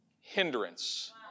hindrance